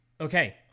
Okay